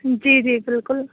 جی جی بالکل